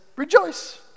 Rejoice